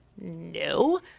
No